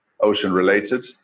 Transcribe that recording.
ocean-related